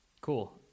Cool